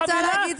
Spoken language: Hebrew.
לעסקאות חבילה,